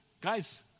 Guys